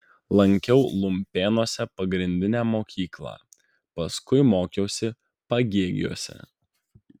lankiau lumpėnuose pagrindinę mokyklą paskui mokiausi pagėgiuose